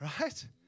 Right